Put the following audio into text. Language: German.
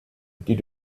die